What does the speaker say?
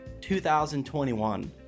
2021